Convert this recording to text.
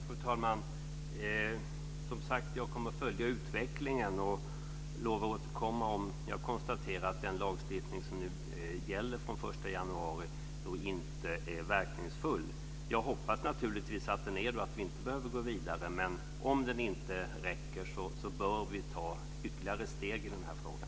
Fru talman! Jag kommer att följa utvecklingen, och jag lovar att återkomma om jag konstaterar att den lagstiftning som gäller från den 1 januari inte är verkningsfull. Jag hoppas naturligtvis att den är det och att vi inte behöver gå vidare, men om den inte räcker bör vi ta ytterligare steg i frågan.